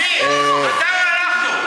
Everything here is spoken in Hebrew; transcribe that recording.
מי, אתה או אנחנו?